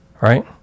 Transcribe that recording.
right